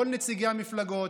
כל נציגי המפלגות,